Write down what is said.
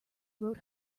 wrote